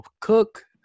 cook